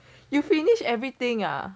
you finish everything ah